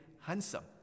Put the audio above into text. handsome